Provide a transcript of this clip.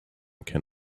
can